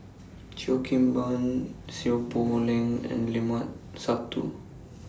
Cheo Kim Ban Seow Poh Leng and Limat Sabtu